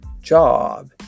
job